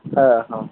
হ্যাঁ হ্যাঁ